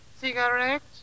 Cigarettes